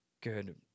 good